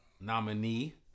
nominee